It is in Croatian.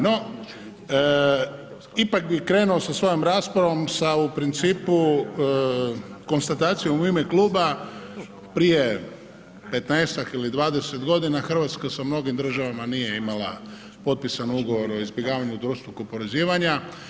No, ipak bih krenuo sa svojom raspravom sa u principu konstatacijom u ime kluba prije 15-ak ili 20 godina Hrvatska sa mnogim državama nije imala potpisan ugovor o izbjegavanju dvostrukog oporezivanja.